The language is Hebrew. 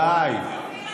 די.